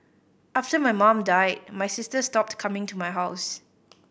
after my mum died my sister stopped coming to my house